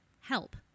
help